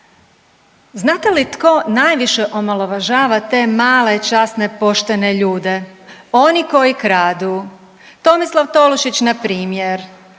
Znate li tko najviše omalovažava te male, časne, poštene ljude. Oni koji kradu. Tomislav Tolušić na primjer.